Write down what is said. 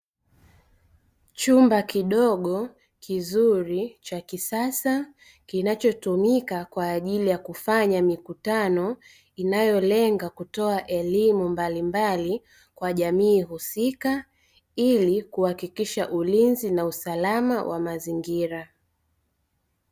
Chumba kidogo kizuri cha kisasa kinacho tumika kwa ajili ya kufanya mikutano, inayolenga kutoa elimu mbalimbali kwa jamii husika, ili kuhakikisha ulinzi na usalama wa mazingira.